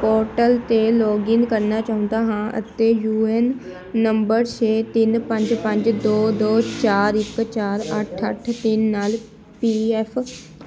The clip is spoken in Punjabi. ਪੋਰਟਲ 'ਤੇ ਲੌਗਇਨ ਕਰਨਾ ਚਾਹੁੰਦਾ ਹਾਂ ਅਤੇ ਯੂ ਐੱਨ ਨੰਬਰ ਛੇ ਤਿੰਨ ਪੰਜ ਪੰਜ ਦੋ ਦੋ ਚਾਰ ਇੱਕ ਚਾਰ ਅੱਠ ਅੱਠ ਤਿੰਨ ਨਾਲ ਪੀ ਐੱਫ